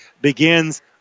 begins